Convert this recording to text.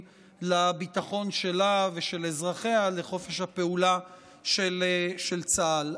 לביטחון שלה ושל אזרחיה לחופש הפעולה של צה"ל.